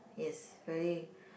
yes really